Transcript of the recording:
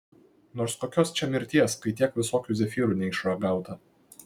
nors kokios čia mirties kai tiek dar visokių zefyrų neišragauta